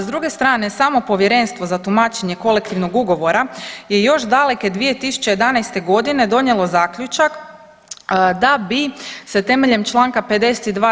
S druge strane samo Povjerenstvo za tumačenje kolektivnog ugovora je još dakle 2011. godine donijelo zaključak da bi se temeljem Članka 52.